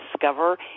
discover